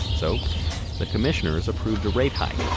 so the commissioners approved a rate hike.